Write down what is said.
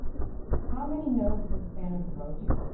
how many nodes can spanner grow to?